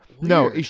no